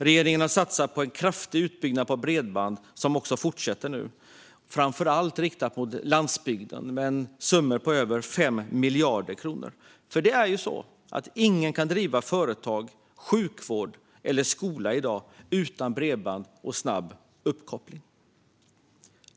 Regeringen har satsat på en kraftig utbyggnad av bredband som också fortsätter nu, framför allt riktad mot landsbygden med en summa på över 5 miljarder kronor, för ingen kan driva företag, sjukvård eller skola i dag utan bredband och snabb uppkoppling.